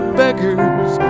beggars